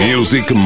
Music